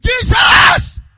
Jesus